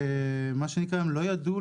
הם לא ידעו,